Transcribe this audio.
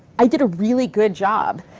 i did a really good job.